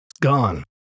gone